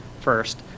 first